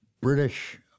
British